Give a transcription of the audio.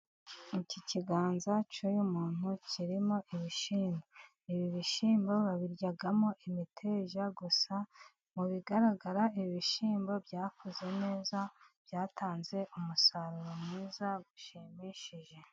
Muri iki kiganza cy'uyumuntu kirimo ibishyimbo, ibi bishyimbo babiryamo imiteja gusa, mu bigaragara ibishyimbo byakuze neza byatanze umusaruro mwiza bishimishije.